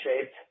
shaped